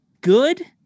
good